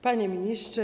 Panie Ministrze!